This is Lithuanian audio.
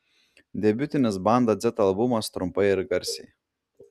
debiutinis banda dzeta albumas trumpai ir garsiai